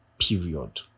Period